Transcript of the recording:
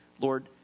Lord